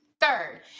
third